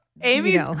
Amy's